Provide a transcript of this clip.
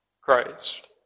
Christ